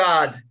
God